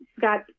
got